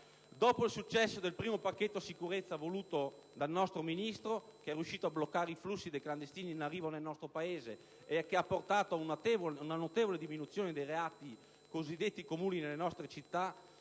Dopo il successo del primo pacchetto sicurezza voluto dal nostro Ministro, che è riuscito a bloccare i flussi dei clandestini in arrivo nel nostro Paese e che ha portato una notevole diminuzione dei reati cosiddetti comuni nelle nostre città,